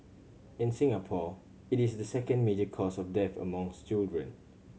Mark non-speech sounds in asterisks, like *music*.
in Singapore it is the second major cause of death among *unintelligible* children